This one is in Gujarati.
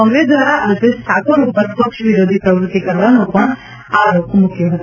કોંગ્રેસ દ્વારા અલ્પેશ ઠાકોર ઉપર પક્ષ વિરોધી પ્રવૃતિ કરવાનો પણ આરોપ મુક્યો હતો